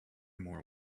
more